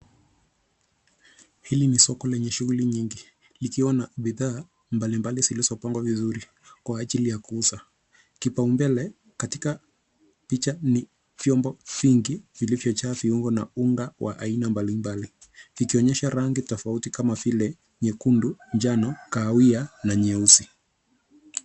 Hili ni soko lenye shughuli nyingi, likiwa na bidhaa mbalimbali zilizopangwa vizuri kwa ajili ya kuuza. Kipao mbele katika picha ni vyombo vingi vilivyojaa viungo na unga wa aina mbalimbali vikionyesha rangi tofauti kama vile nyekundu, njano, kahawia na nyeusi.